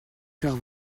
faire